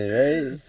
right